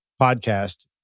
podcast